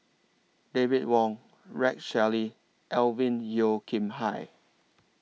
David Wong Rex Shelley Alvin Yeo Khirn Hai